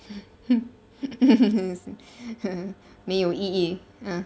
没有意义